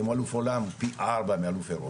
אם אלוף עולם הוא פי ארבע מאלוף אירופה.